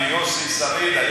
ויוסי שריד,